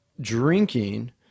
drinking